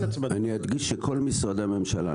אני אדגיש שכל משרדי הממשלה,